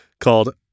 called